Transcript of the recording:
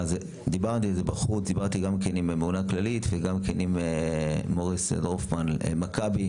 דיברתי על זה גם עם הממונה על הכללית וגם עם מוריס דורפמן ממכבי,